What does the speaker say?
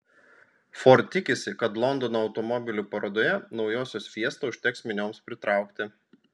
ford tikisi kad londono automobilių parodoje naujosios fiesta užteks minioms pritraukti